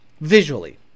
visually